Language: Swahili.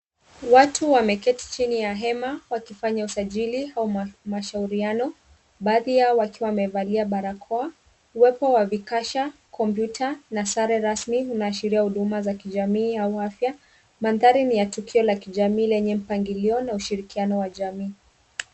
Watu wameketi chini ya hema wakifanya usajili au mashauriano baadhi yao wakiwa wamevalia barakoa. Uwepo wa vikasha, kompyuta na sare rasmi unaashiria huduma za kijamii au afya . Mandhari ni ya tukio la kijamii lenye mpangilio na ushirikiano wa jamii.